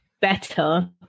better